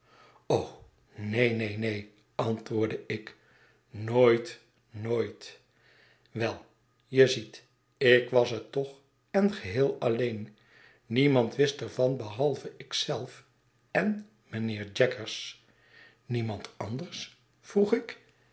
neen neen neen antwoordde ik nooit nooit wel je ziet ik was het toch en geheel alleen niemand wist er van behalve ik zelf en mijnheer jaggers niemand anders vroeg ik